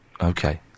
Okay